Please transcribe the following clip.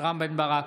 רם בן ברק,